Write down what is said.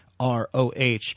roh